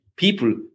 people